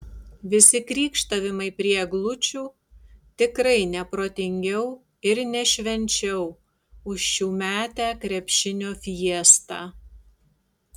visi krykštavimai prie eglučių tikrai ne protingiau ir ne švenčiau už šiųmetę krepšinio fiestą